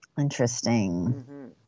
Interesting